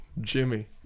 Jimmy